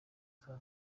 saa